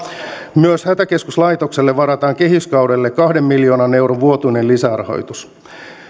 myös hätäkeskuslaitokselle varataan kehyskaudelle kahden miljoonan euron vuotuinen lisärahoitus